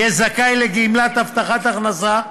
יהיה זכאי לגמלת הבטחת הכנסה,